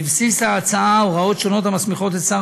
בבסיס ההצעה הוראות שונות המסמיכות את שר